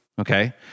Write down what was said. okay